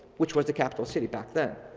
which was the capital city back then.